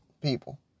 people